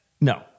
No